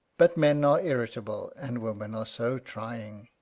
but men are irritable, and women are so trying!